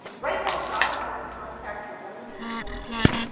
right now, goddard has the contract to run these courses.